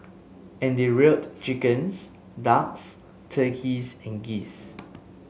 and they reared chickens ducks turkeys and geese